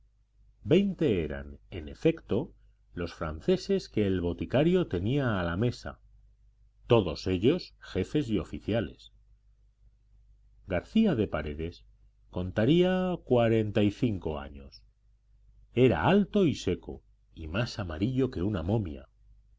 veinte eran en efecto los franceses que el boticario tenía a la mesa todos ellos jefes y oficiales garcía de paredes contaría cuarenta y cinco años era alto y seco y más amarillo que una momia